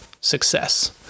success